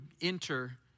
enter